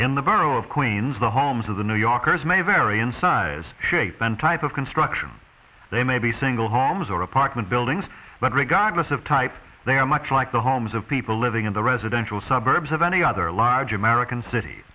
in the borough of queens the homes of the new yorkers may vary in size shape and type of construction they may be single homes or apartment buildings but regardless of type they are much like the homes of people living in the residential suburbs or any other large american city